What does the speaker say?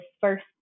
first